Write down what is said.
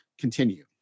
continue